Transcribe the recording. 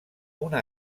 una